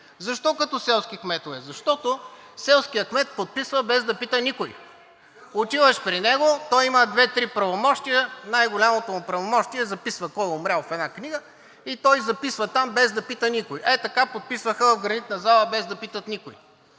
Защо като селски кметове? Защото селският кмет подписва, без да пита никого. Отиваш при него, той има две-три правомощия, най-голямото му правомощие е да записва кой е умрял в една книга и той записва там, без да пита никого. Ето така подписваха в Гранитната зала, без да питат никого.